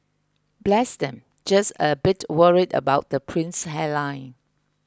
bless them just a bit worried about the prince's hairline